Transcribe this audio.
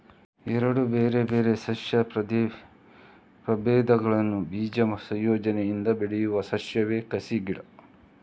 ಎರಡು ಬೇರೆ ಬೇರೆ ಸಸ್ಯ ಪ್ರಭೇದಗಳ ಬೀಜ ಸಂಯೋಜನೆಯಿಂದ ಬೆಳೆಯುವ ಸಸ್ಯವೇ ಕಸಿ ಗಿಡ